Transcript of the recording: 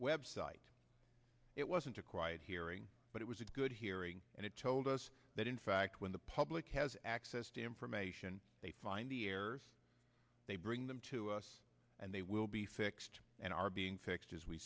website it wasn't a quiet hearing but it was a good hearing and it told us that in fact when the public has access to information they find the errors they bring them to us and they will be fixed and are being fixed as we